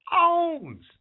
owns